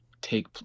take